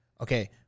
okay